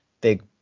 big